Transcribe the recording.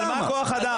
עלמה כוח אדם?